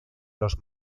los